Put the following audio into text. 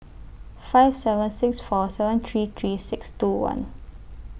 five seven six four seven three three six two one